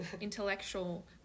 intellectual